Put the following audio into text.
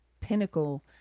pinnacle